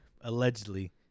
Allegedly